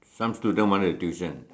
some student want to tuition